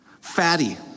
Fatty